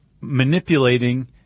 manipulating